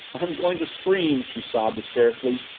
i'm going to scream! she sobbed hysterically.